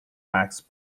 acts